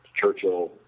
Churchill